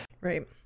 Right